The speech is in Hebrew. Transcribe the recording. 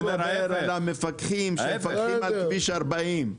הוא מדבר על המפקחים שמפקחים על כביש 40 (צוחק).